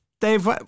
Dave